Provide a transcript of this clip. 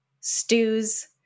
stews